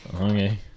Okay